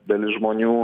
dalis žmonių